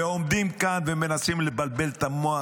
ועומדים כאן ומנסים לבלבל את המוח,